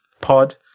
pod